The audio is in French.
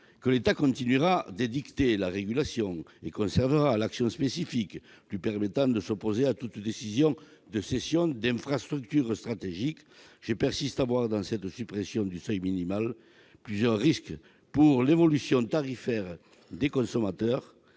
que l'État continuera d'édicter la régulation et conservera l'action spécifique lui permettant de s'opposer à toute décision de cession d'infrastructures stratégiques, je persiste à voir dans cette suppression du seuil minimal plusieurs risques pour l'évolution tarifaire supportée